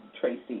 Tracy